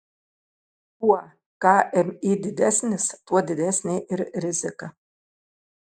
kuo kmi didesnis tuo didesnė ir rizika